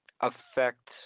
affect